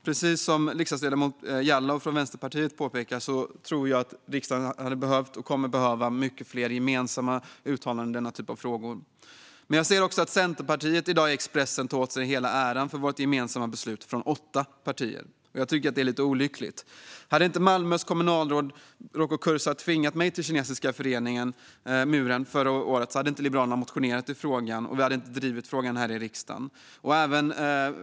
Precis som riksdagsledamoten Jallow från Vänsterpartiet påpekade tror jag att riksdagen hade behövt och kommer att behöva många fler gemensamma uttalanden i denna typ av frågor. Jag ser dock också att Centerpartiet i dag i Expressen tar åt sig hela äran för vårt gemensamma beslut från åtta partier. Jag tycker att det är lite olyckligt. Hade inte Malmös kommunalråd Roko Kursar tvingat mig till Kinesiska muren förra året hade inte Liberalerna motionerat i frågan eller drivit frågan här i riksdagen.